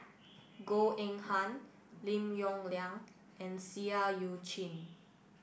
Goh Eng Han Lim Yong Liang and Seah Eu Chin